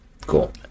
Cool